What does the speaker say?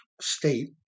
State